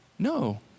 No